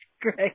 great